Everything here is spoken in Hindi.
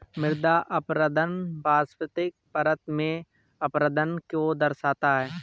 मृदा अपरदन वनस्पतिक परत में अपरदन को दर्शाता है